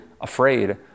afraid